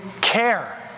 care